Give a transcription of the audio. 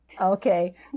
Okay